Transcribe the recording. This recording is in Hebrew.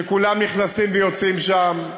שכולם נכנסים ויוצאים משם,